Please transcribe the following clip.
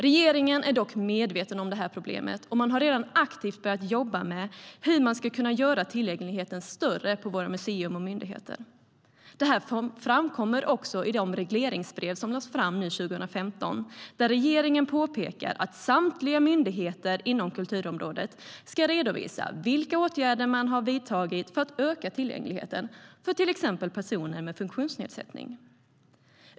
Regeringen är dock medveten om detta problem, och man har redan aktivt börjat jobba med att öka tillgängligheten på våra museer och myndigheter. Detta framkommer också i de regleringsbrev som lades fram för 2015. Regeringen påpekar att samtliga myndigheter inom kulturområdet ska redovisa vilka åtgärder som vidtagits för att öka tillgängligheten för till exempel personer med funktionsnedsättning.